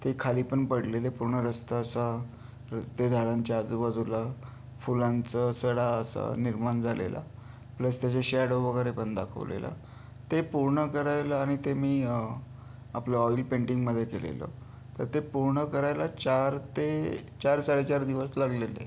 ते खाली पण पडलेले पूर्ण रस्ता असा ते झाडांच्या आजूबाजूला फुलांचा सडा असा निर्माण झालेला प्लस त्याचे शॅडो वगैरे पण दाखवलेला ते पूर्ण करायला आणि ते मी आपलं ऑइल पेंटिंगमध्ये केलेलं तर ते पूर्ण करायला चार ते चार साडेचार दिवस लागलेले